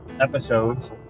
episodes